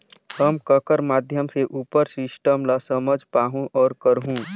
हम ककर माध्यम से उपर सिस्टम ला समझ पाहुं और करहूं?